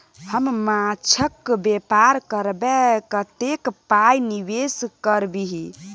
हम माछक बेपार करबै कतेक पाय निवेश करबिही?